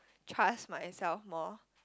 trust myself more